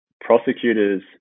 prosecutors